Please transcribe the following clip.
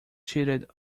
cheated